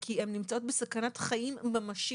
כי הן נמצאות בסכנת חיים ממשית,